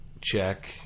check